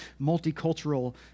multicultural